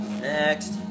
Next